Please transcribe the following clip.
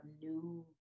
new